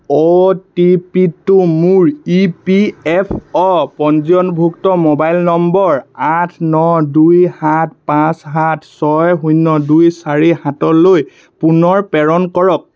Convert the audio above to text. অ' T P টো মোৰ E P F O পঞ্জীয়নভুক্ত মোবাইল নম্বৰ আঠ ন দুই সাত পাঁচ সাত ছয় শূন্য দুই চাৰি সাতলৈ পুনৰ প্ৰেৰণ কৰক